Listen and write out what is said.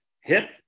hip